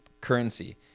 currency